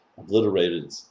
obliterated